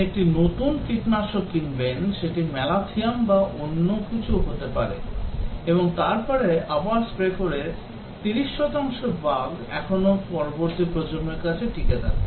আপনি একটি নতুন কীটনাশক কিনবেন সেটি ম্যালাথিয়ন বা অন্য কিছু হতে পারে এবং তারপরে আবার স্প্রে করে 30 শতাংশ বাগ এখনও পরবর্তী প্রজন্মের কাছে টিকে থাকে